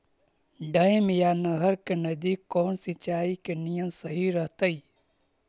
Dam या नहर के नजदीक कौन सिंचाई के नियम सही रहतैय?